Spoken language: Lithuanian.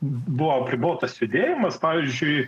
buvo apribotas judėjimas pavyzdžiui